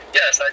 yes